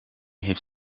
heeft